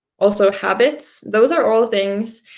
also habits those are all things